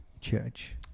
Church